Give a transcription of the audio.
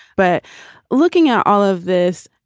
but looking at all of this,